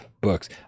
books